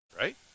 Right